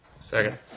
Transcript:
Second